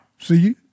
see